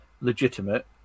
legitimate